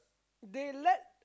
they let